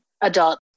adult